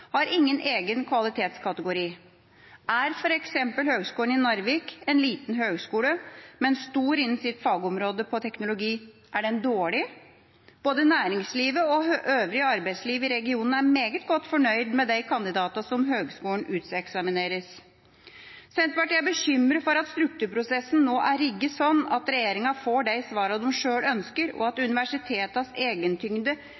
har ingen egen kvalitetskategori. Er f.eks. Høgskolen i Narvik – en liten høgskole, men stor innen sitt fagområde, teknologi – dårlig? Både næringslivet og øvrig arbeidsliv i regionen er meget godt fornøyd med de kandidatene som høgskolen uteksaminerer. Senterpartiet er bekymret for at strukturprosessen nå er rigget sånn at regjeringa får de svarene de sjøl ønsker, og at